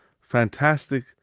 fantastic